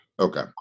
Okay